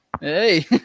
Hey